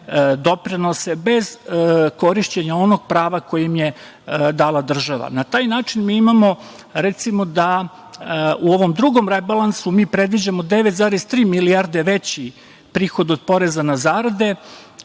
doprinose bez korišćenja onog prava koje im je dala država. Na taj način mi imamo, recimo, da u ovom drugom rebalansu mi predviđamo 9,3 milijarde veći prihod od poreza na zarade